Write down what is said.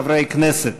חברי כנסת,